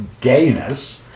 gayness